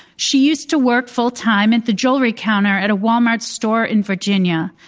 she used to work full time at the jewelry counter at a walmart store in virginia.